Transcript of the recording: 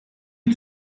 you